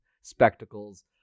spectacles